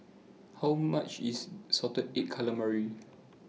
How much IS Salted Egg Calamari